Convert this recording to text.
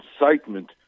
incitement